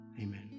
Amen